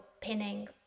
pinning